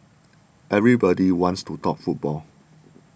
everybody wants to talk football